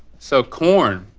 so corn.